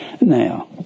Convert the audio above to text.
Now